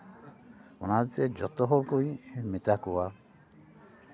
ᱚᱱᱟᱛᱮ ᱡᱚᱛᱚ ᱦᱚᱲ ᱠᱚᱜᱤᱧ ᱢᱮᱛᱟ ᱠᱚᱣᱟ